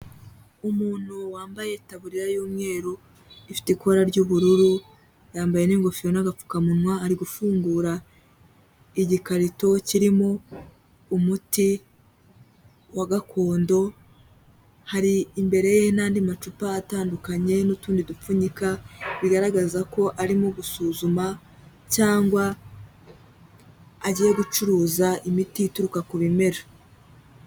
Umuntu wambaye itaburiya y'umweru, ifite ikora ry'ubururu, yambaye n'ingofero n'agapfukamunwa ari gufungura igikarito kirimo umuti wa gakondo, hari imbere ye n'andi macupa atandukanye n'utundi dupfunyika bigaragaza ko arimo gusuzuma cyangwa agiye gucuruza imiti ituruka ku bimera.